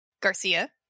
Garcia